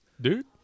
Dude